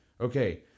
Okay